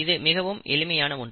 இது மிகவும் எளிமையான ஒன்று